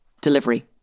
delivery